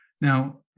Now